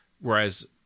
Whereas